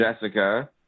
Jessica